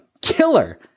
killer